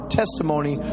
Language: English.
testimony